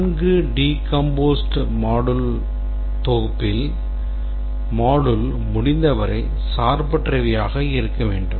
நன்கு decomposed modules தொகுப்பில் module முடிந்தவரை சார்பற்றவை ஆக இருக்க வேண்டும்